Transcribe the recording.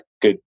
good